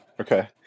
Okay